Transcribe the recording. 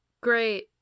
great